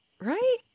right